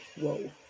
Whoa